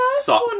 suck